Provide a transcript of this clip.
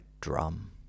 drum